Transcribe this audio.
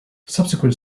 subsequent